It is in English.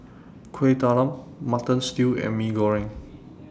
Kueh Talam Mutton Stew and Mee Goreng